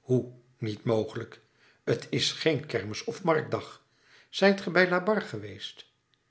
hoe niet mogelijk t is geen kermis of marktdag zijt ge bij labarre geweest